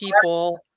people